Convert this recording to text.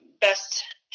best